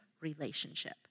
relationship